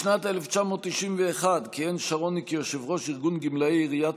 בשנת 1991 כיהן שרוני כיושב-ראש ארגון גמלאי עיריית